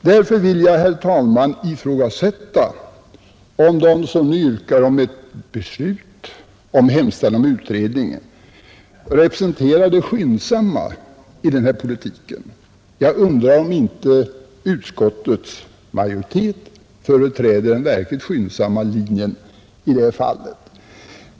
Därför vill jag, herr talman, ifrågasätta om de som yrkar på ett beslut om utredning representerar det skyndsamma i den här politiken. Jag undrar om inte utskottets majoritet företräder den skyndsamma linjen i detta fall.